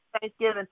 Thanksgiving